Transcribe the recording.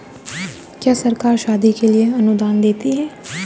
क्या सरकार शादी के लिए अनुदान देती है?